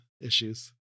issues